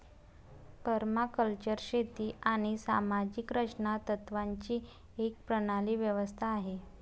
permaculture शेती आणि सामाजिक रचना तत्त्वांची एक प्रणाली व्यवस्था आहे